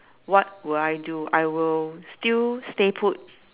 what will I do I will still stay put